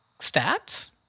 stats